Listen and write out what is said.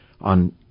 on